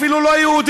אפילו לא יהודי,